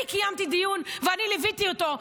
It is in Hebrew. אני קיימתי דיון ואני ליוויתי אותו.